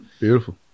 Beautiful